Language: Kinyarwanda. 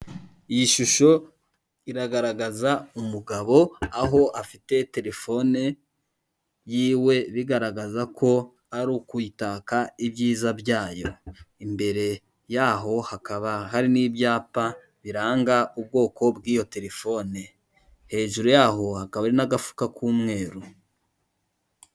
Iyi shusho iragaragaza umugabo aho afite telefone yiwe bigaragaza ko ari ukuyitaka ibyiza byayo; imbere yaho hakaba hari n'ibyapa biranga ubwoko bw'iyo telefone, hejuru yaho hakaba n'agafuka k'umweru.